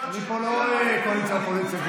אני פה לא רואה קואליציה אופוזיציה,